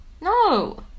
No